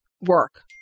work